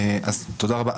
תודה רבה.